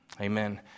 Amen